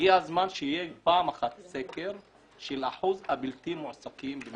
הגיע הזמן שפעם אחת יהיה סקר לגבי אחוז הבלתי מועסקים.